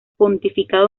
pontificia